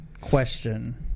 Question